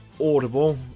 Audible